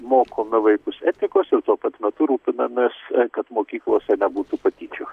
mokome vaikus etikos ir tuo pat metu rūpinamės kad mokyklose nebūtų patyčių